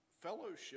fellowship